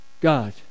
God